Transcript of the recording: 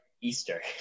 Easter